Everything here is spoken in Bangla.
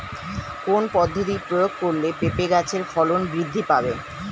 কোন পদ্ধতি প্রয়োগ করলে পেঁপে গাছের ফলন বৃদ্ধি পাবে?